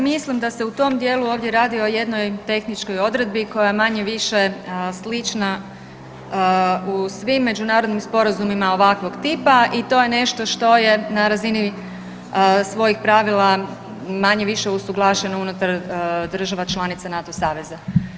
Mislim da se u tom dijelu ovdje radi o jednoj tehničkoj odredbi koja je manje-više slična u svim međunarodnim sporazumima ovakvog tipa i to je nešto što je na razini svojih pravila manje-više usuglašeno unutar država članica NATO saveza.